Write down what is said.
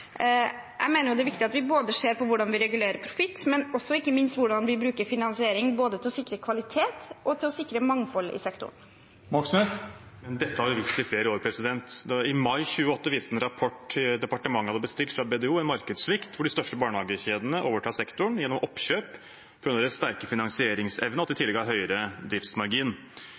Jeg mener det er viktig at vi både ser på hvordan vi regulerer profitt, og ikke minst på hvordan vi bruker finansiering til å sikre både kvalitet og mangfold i sektoren. Men dette har vi visst i flere år. I mai 2018 viste en rapport departementet hadde bestilt fra BDO, en markedssvikt hvor de største barnehagekjedene overtar sektoren gjennom oppkjøp på grunn av deres sterke finansieringsevne, og at de i tillegg har høyere driftsmargin.